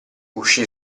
uscì